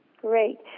Great